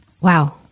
Wow